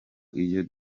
iyo